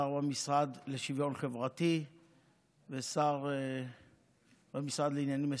שר במשרד לשוויון חברתי ושר במשרד לעניינים אסטרטגיים,